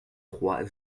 trois